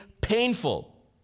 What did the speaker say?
painful